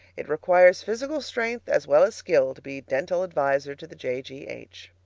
it requires physical strength as well as skill to be dental adviser to the j. g. h.